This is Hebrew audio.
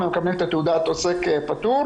תוך יום הם מקבלים את תעודת עוסק פטור.